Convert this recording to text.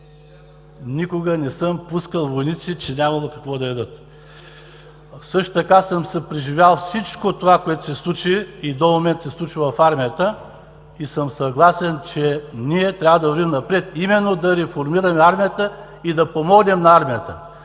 никога не съм пускал войници, че нямало какво да ядат. Също така съм съпреживял всичко, което се случи и до момента се случва в армията. Съгласен съм, че трябва да вървим напред - именно да реформираме армията и да помогнем на армията.